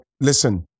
listen